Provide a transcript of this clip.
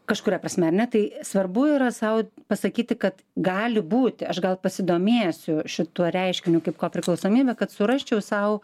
kažkuria prasme ar ne tai svarbu yra sau pasakyti kad gali būti aš gal pasidomėsiu šituo reiškiniu kaip kopriklausomybė kad surasčiau sau